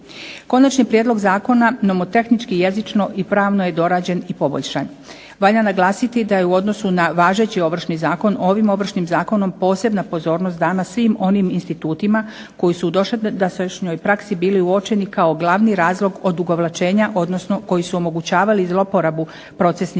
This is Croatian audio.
Konačni prijedlog zakona nomotehnički, jezično i pravno je dorađen i poboljšan. Valja naglasiti da je u odnosu na važeći Ovršni zakon, ovim Ovršnim zakonom posebna pozornost dana svim onim institutima koji su u dosadašnjoj praksi bili uočeni kao glavni razlog odugovlačenja, odnosno koji su omogućavali zloporabu procesnih